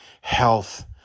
health